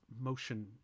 motion